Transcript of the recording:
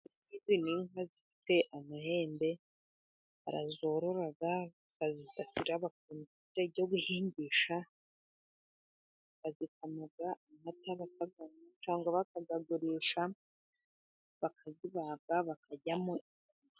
Izi ni inka zifite amahembe barazorora, bakazisasira bakabona ifumbire ryo guhingisha, bazikama amata bakayanwa cyangwa bakazigurisha bakazibaga bakajyamo...